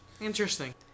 Interesting